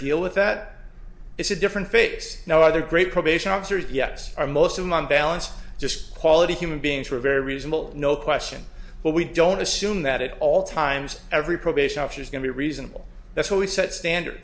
deal with that it's a different face now other great probation officers yes i'm most of my balanced just quality human beings were very reasonable no question but we don't assume that at all times every probation officer is going to be reasonable that's what we set standard